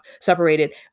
separated